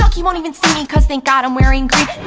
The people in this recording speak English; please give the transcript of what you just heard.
like he won't even see me cuz thank god! im wearing green,